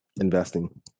investing